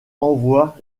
envoie